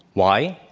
why?